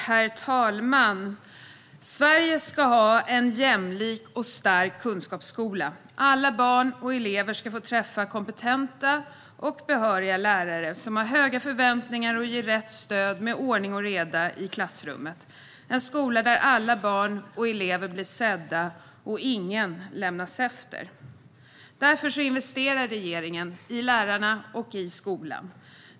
Herr talman! Sverige ska ha en jämlik och stark kunskapsskola. Alla barn och elever ska få träffa kompetenta och behöriga lärare som har höga förväntningar och ger rätt stöd med ordning och reda i klassrummet - en skola där alla barn och elever blir sedda och ingen lämnas efter. Därför investerar regeringen i lärarna och skolan.